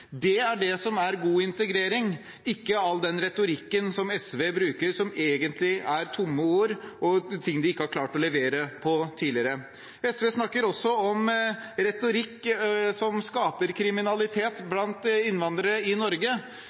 Det er det som er god integrering, ikke all den retorikken som SV bruker, og som egentlig er tomme ord og ting de ikke har klart å levere på tidligere. SV snakker også om retorikk som skaper kriminalitet blant innvandrere i Norge.